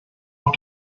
auch